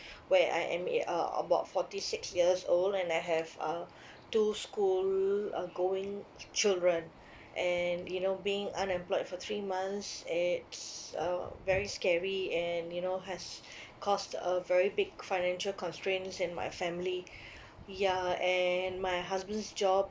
where I am a uh about forty six years old and I have uh two school uh going children and you know being unemployed for three months it's uh very scary and you know has caused a very big financial constraints in my family ya and my husband's job